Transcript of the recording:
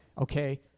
Okay